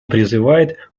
призывает